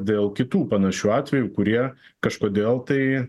dėl kitų panašių atvejų kurie kažkodėl tai